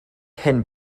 hyn